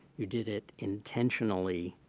you did it intentionally,